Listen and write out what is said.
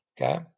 okay